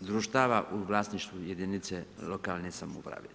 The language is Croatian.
društava u vlasništvu jedinice lokalne samouprave.